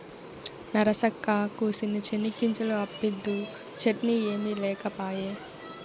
నరసక్కా, కూసిన్ని చెనిగ్గింజలు అప్పిద్దూ, చట్నీ ఏమి లేకపాయే